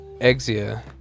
Exia